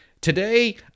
Today